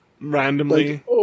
randomly